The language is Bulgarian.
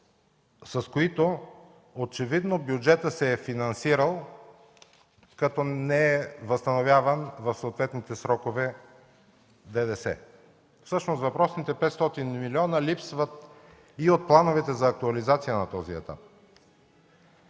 с които очевидно бюджетът се е финансирал, като не е възстановявал в съответните срокове ДДС. Всъщност въпросните 500 милиона липсват и от плановете за актуализация на този етап.